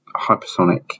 Hypersonic